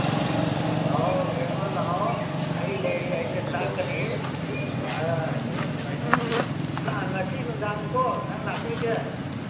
ꯑꯣ ꯌꯦꯡꯉꯣ ꯂꯥꯛꯑꯣ ꯑꯩ ꯂꯩꯔꯤ ꯑꯩꯅ ꯇꯥꯛꯀꯅꯤ ꯑꯥ ꯉꯁꯤ ꯅꯨꯡꯗꯥꯡꯅꯤꯀꯣ ꯅꯪ ꯂꯥꯛꯇꯣꯏꯁꯦ